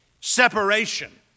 separation